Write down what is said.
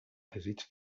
desig